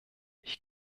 ich